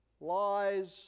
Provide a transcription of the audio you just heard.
lies